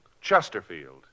Chesterfield